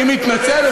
אני מתנצל,